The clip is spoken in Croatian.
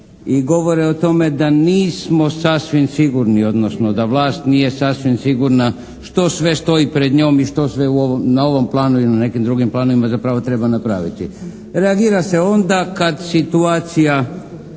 i govore o tome da nismo sasvim sigurni, odnosno da vlast nije sasvim sigurna što sve stoji pred njom i što sve na ovom planu ili na nekim drugim planovima zapravo treba napraviti. Reagira se onda kad situacija